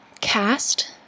cast